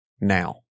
now